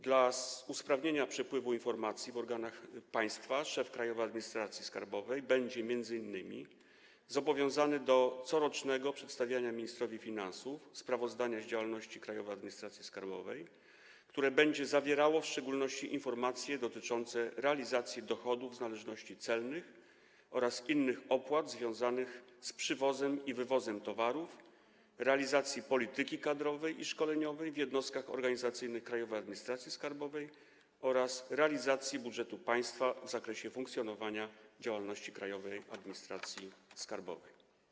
Dla usprawnienia przepływu informacji w organach państwa szef Krajowej Administracji Skarbowej będzie m.in. zobowiązany do corocznego przedstawiania ministrowi finansów sprawozdania z działalności Krajowej Administracji Skarbowej, które będzie zawierało w szczególności informacje dotyczące realizacji dochodów z należności celnych oraz innych opłat związanych z przywozem i wywozem towarów, realizacji polityki kadrowej i szkoleniowej w jednostkach organizacyjnych Krajowej Administracji Skarbowej oraz realizacji budżetu państwa w zakresie funkcjonowania działalności Krajowej Administracji Skarbowej.